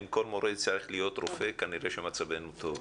אם כל מורה יצטרך להיות רופא, כנראה שמצבנו טוב.